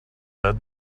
had